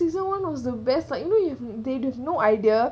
this one one of the best like you know if they have no idea